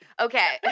Okay